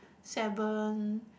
seven